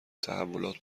تحولاتی